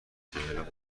چهل